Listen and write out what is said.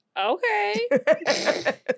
Okay